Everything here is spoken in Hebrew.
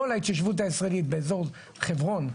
כל ההתיישבות הישראלית באזור חברון,